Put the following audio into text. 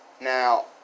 Now